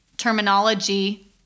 terminology